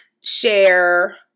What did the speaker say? share